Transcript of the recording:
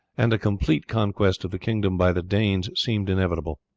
and a complete conquest of the kingdom by the danes seemed inevitable.